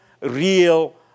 real